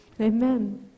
amen